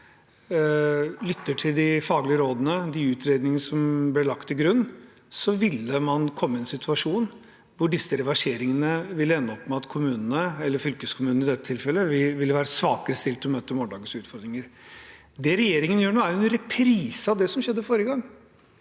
lyttet til de faglige rådene og de utredningene som ble lagt til grunn, ville man komme i en situasjon hvor disse reverseringene ville ende opp med at kommunene – eller fylkeskommunene, i dette tilfellet – ville være svakere stilt til å møte morgendagens utfordringer. Det regjeringen gjør nå, er en reprise av det som skjedde forrige gang.